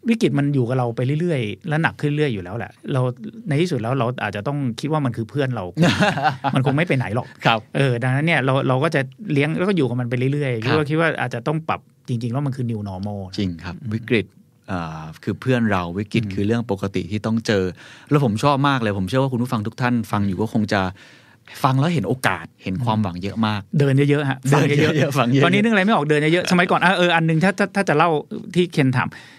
วิกฤตมันอยู่กับเราไปเรื่อยๆและหนักขึ้นเรื่อยอยู่แล้วแหละ เราในที่สุดแล้วเราอาจจะต้องคิดว่ามันคือเพื่อนเรา คง-ฮะฮะฮะมันคงไม่ไปไหนหรอกครับเออ ดังนั้นเนี่ยเรา- เราก็จะเลี้ยงแล้วก็อยู่กับมันไปเรื่อยๆ คิดว่า-ครับคิดว่าอาจจะต้องปรับ จริงๆแล้วมันคือ new normal นะจริงครับอืมวิกฤต อ่า คือเพื่อนเรา วิกฤตคือเรื่องปกติที่ต้องเจอ แล้วผมชอบมากเลย ผมเชื่อว่าคุณผู้ฟังทุกท่านฟังอยู่ก็คงจะฟังแล้วเห็นโอกาส เห็นความอืมหวังเยอะมากเดินเยอะๆฮะ เดินเยอะๆฟังเยอะๆ ฟังเยอะตอนนี้นึกอะไรไม่ออก เดินเยอะๆ สมัยก่อนอ่ะ เออ อันหนึ่ง ถ้า- ถ้า- ถ้าจะเล่าที่เคนถาม